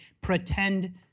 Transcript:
pretend